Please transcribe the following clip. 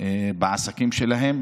בעסקים שלהם